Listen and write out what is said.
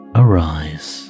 arise